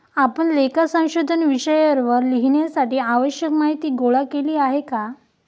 आपण लेखा संशोधन विषयावर लिहिण्यासाठी आवश्यक माहीती गोळा केली आहे का?